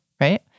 right